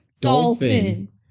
dolphin